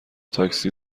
تاکسی